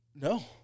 No